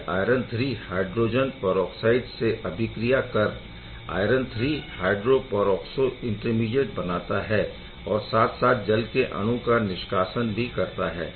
यह iron III hydrogen peroxide से अभिक्रिया कर आयरन III हायड्रोपरऑक्सो इंटरमीडिएट बनाता है और साथ साथ जल के अणु का निष्कासन भी करता है